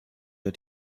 der